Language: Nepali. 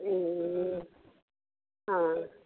ए अँ